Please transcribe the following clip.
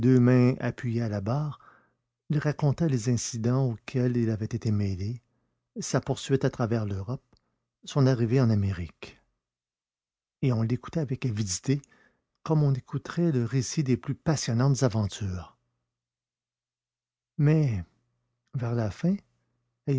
appuyées à la barre il racontait les incidents auxquels il avait été mêlé sa poursuite à travers l'europe son arrivée en amérique et on l'écoutait avec avidité comme on écouterait le récit des plus passionnantes aventures mais vers la fin